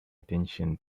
attention